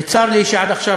וצר לי שעד עכשיו,